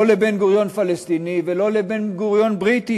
לא לבן-גוריון פלסטיני ולא לבן-גוריון בריטי.